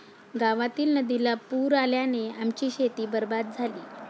गावातील नदीला पूर आल्याने आमची शेती बरबाद झाली